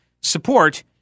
support